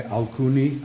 alcuni